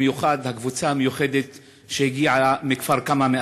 במיוחד הקבוצה המיוחדת שהגיעה מכפר-כמא,